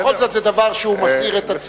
בכל זאת זה דבר שמסעיר את הציבור.